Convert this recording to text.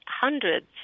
hundreds